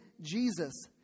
Jesus